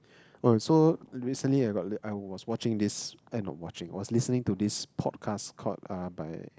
okay so recently I got I was watching this eh not watching I was listening to this podcast called Lullaby